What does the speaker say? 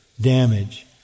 damage